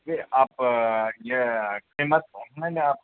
جی آپ قیمت اپنے لحاظ